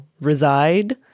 reside